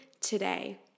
today